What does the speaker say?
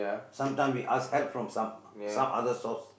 sometimes we ask help from some some other source